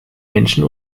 menschen